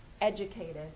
educated